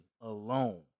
alone